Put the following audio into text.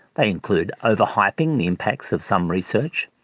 they include over-hyping the impacts of some research,